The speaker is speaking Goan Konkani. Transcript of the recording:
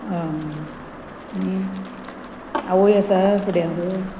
आं आवय आसा फुड्यांक